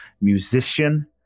musician